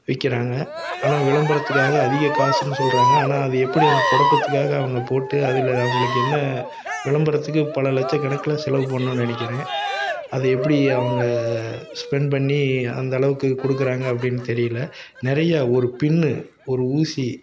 விற்கிறாங்கள் ஆனால் விளம்பரத்துக்காக அதிக காசுன்னு சொல்கிறாங்க ஆனால் அது எப்படி அந்த துடப்பத்துக்காக அவங்க போட்டு அதில் அவங்களுக்கு என்ன விளம்பரத்துக்கு பல லட்சம் கணக்கில் செலவு பண்ணுன்னு நினைக்கிறேன் அது எப்படி அவங்க ஸ்பெண்ட் பண்ணி அந்த அளவுக்கு கொடுக்குறாங்க அப்படின்னு தெரியலை நிறைய ஒரு பின்னு ஒரு ஊசி